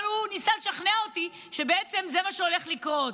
אבל הוא ניסה לשכנע אותי שבעצם זה מה שהולך לקרות,